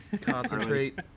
concentrate